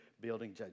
building